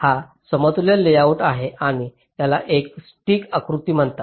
हा समतुल्य लेआउट आहे आणि त्याला एक स्टिक आकृती म्हणतात